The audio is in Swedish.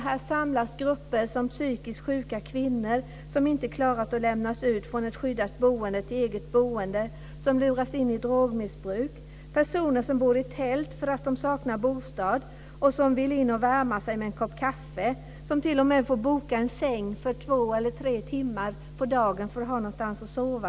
Här samlas grupper som psykiskt sjuka kvinnor som inte har klarat att lämnas ut från ett skyddat boende till ett eget boende och som luras in i drogmissbruk. Det är personer som bor i tält därför att de saknar bostad, som vill in och värma sig och få en kopp kaffe, som t.o.m. får boka en säng för två eller tre timmar på dagen för att ha någonstans att sova.